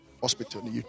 hospital